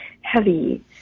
heavy